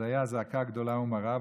זו הייתה זעקה גדולה ומרה,